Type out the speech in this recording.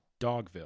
Dogville